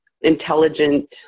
intelligent